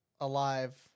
alive